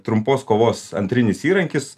trumpos kovos antrinis įrankis